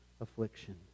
affliction